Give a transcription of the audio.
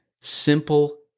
simple